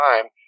time